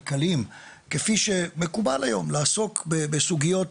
הכלכליים, כפי שמקובל היום לעסוק בסוגיות